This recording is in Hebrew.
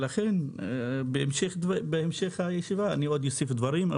לכן, בהמשך הישיבה, אוסיף דברים.